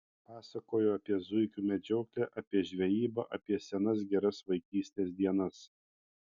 pasakojo apie zuikių medžioklę apie žvejybą apie senas geras vaikystės dienas